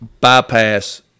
bypass